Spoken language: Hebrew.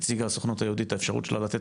הציגה הסוכנות היהודית את האפשרות שלה לתת